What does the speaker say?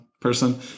person